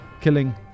killing